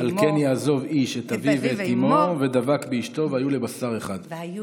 "על כן יעזב איש את אביו ואת אמו ודבק באשתו והיו לבשר אחד." והיו